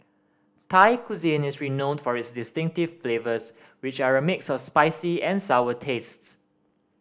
Thai cuisine is renowned for its distinctive flavors which are a mix of spicy and sour tastes